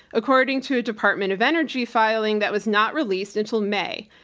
according to a department of energy filing that was not released until may.